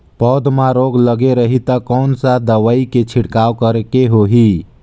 पौध मां रोग लगे रही ता कोन सा दवाई के छिड़काव करेके होही?